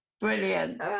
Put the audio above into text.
Brilliant